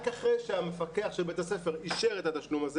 רק אחרי שמפקח בית הספר אישר את התשלום הזה